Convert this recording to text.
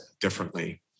differently